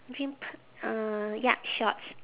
green p~ uh ya shorts